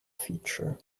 feature